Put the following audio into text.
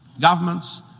Governments